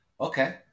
Okay